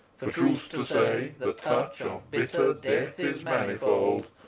for, truth to say, the touch of bitter death is manifold!